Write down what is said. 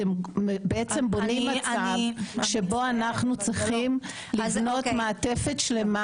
אתם בעצם בונים מצב שבו אנחנו צריכים לבנות מעטפת שלמה